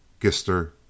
Gister